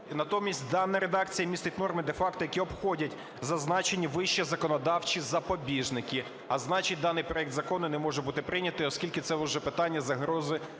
Натомість дана редакція містить норми де-факто, які обходять зазначені вище законодавчі запобіжники, а значить даний проект закону не може бути прийнятий, оскільки це уже питання загрози